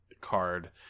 card